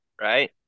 right